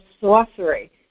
sorcery